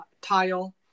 tile